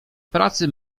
pracy